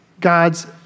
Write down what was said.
God's